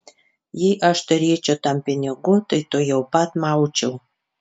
jei aš turėčiau tam pinigų tai tuojau pat maučiau